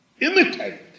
imitate